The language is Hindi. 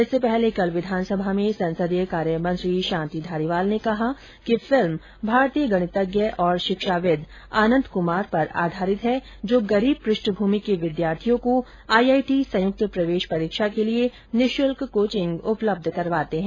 इससे पहले कल विधानसभा में संसदीय कार्य मंत्री शांति धारीवाल ने कहा कि फिल्म भारतीय गणितज्ञ और शिक्षाविद् आनन्द कुमार पर आधारित है जो गरीब पृष्ठभूमि के विद्यार्थियों को आईआईटी संयुक्त प्रवेश परीक्षा के लिए निःशुल्क कोचिंग उपलब्ध करवाते हैं